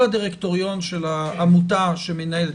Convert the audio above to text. כל הדירקטוריון של העמותה שמנהלת,